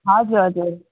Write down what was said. हजुर हजुर